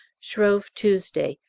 shrove tuesday.